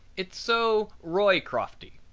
it's so roycrofty.